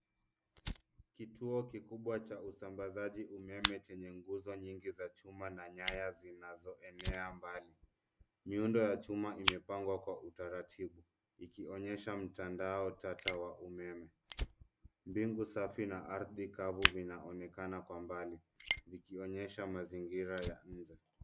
Kituo kikubwa cha usambazaji umeme chenye nguzo nyingi za chuma na nyaya zinazoenea mbali. Miundo ya chuma imepangwa kwa utaratibu ikionyesha mtandao tata wa umeme. Mbingu safi na ardhi kavu vinaonekana kwa mbali vikionyesha mazingira ya nje.